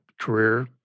career